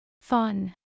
Fun